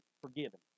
Forgiven